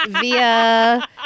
via